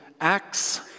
acts